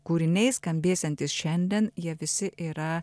kūriniai skambėsiantys šiandien jie visi yra